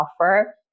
offer